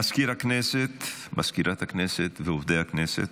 מזכיר הכנסת, סגנית מזכיר הכנסת ועובדי הכנסת,